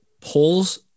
pulls